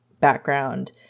background